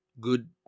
Good